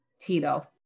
Tito